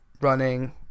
running